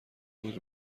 بود